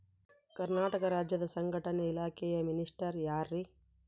ಕರ್ನಾಟಕ ರಾಜ್ಯದ ಸಂಘಟನೆ ಇಲಾಖೆಯ ಮಿನಿಸ್ಟರ್ ಯಾರ್ರಿ?